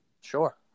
Sure